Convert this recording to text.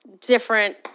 different